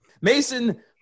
Mason